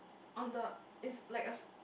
on the it's like a